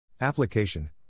Application